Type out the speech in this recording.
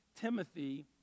timothy